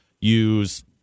use